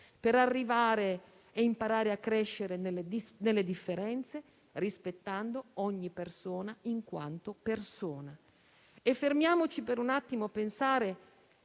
per arrivare a imparare a crescere nelle differenze, rispettando ogni persona in quanto persona. Fermiamoci per un attimo a pensare